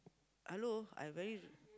hello I very